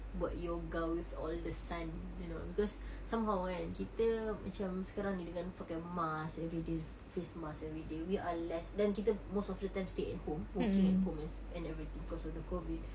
buat yoga with all the sun you know because somehow kan kita macam sekarang ni dengan pakai mask everyday face mask everyday we are less then kita most of the time stay at home working at home as~ and everything because of the COVID